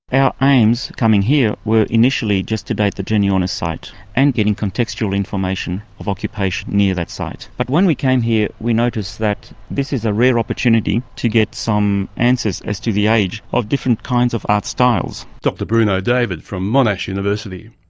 our aims coming here were initially just to date the genyonis site and get contextual information of occupation near that site. but when we came here we noticed that this is a rare opportunity to get some answers as to the age of different kinds of art styles. dr bruno david from monash university.